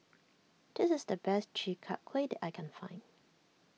this is the best Chi Kak Kuih that I can find